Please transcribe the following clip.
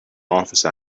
office